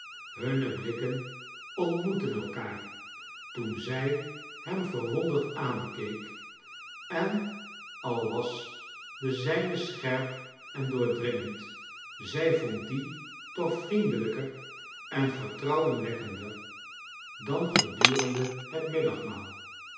hunne blikken ontmoetten elkaar toen zij hem verwonderd aankeek en al was de zijne scherp en doordringend zij vond dien toch vriendelijker en vertrouwenwekkender dan gedurende het